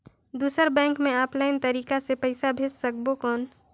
दुसर बैंक मे ऑफलाइन तरीका से पइसा भेज सकबो कौन?